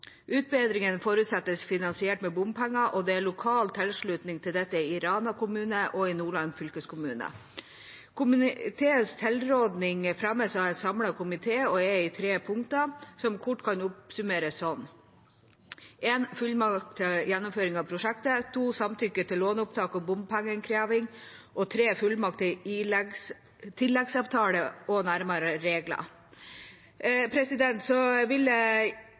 forutsettes finansiert med bompenger, og det er lokal tilslutning til dette i Rana kommune og i Nordland fylkeskommune. Komiteens tilråding fremmes av en samlet komité og er i tre punkter, som kort kan oppsummeres sånn: fullmakt til gjennomføring av prosjektet samtykke til lånopptak og bompengeinnkreving fullmakt til tilleggsavtale og nærmere regler Jeg vil